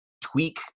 tweak